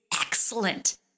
excellent